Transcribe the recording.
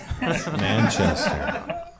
Manchester